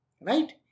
Right